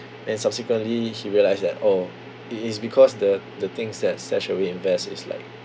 then subsequently he realised that oh it is because the the things that S invest is like